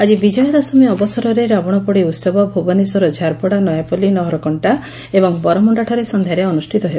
ଆଜି ବିଜୟା ଦଶମୀ ଅବସରରେ ରାବଶପୋଡ଼ି ଉହବ ଭୁବନେଶ୍ୱରର ଝାରପଡା ନୟାପଲ୍କୀ ନହରକଣ୍କା ଏବଂ ବରମୁଣ୍ଡାଠାରେ ସଂଧାରେ ଅନୁଷ୍ଠିତ ହେବ